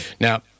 Now